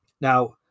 Now